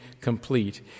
complete